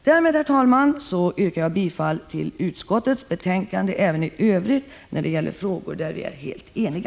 Därmed, herr talman, yrkar jag bifall till utskottets hemställan även när det gäller frågor där vi är helt eniga.